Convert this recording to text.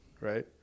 right